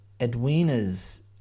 edwina's